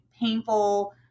painful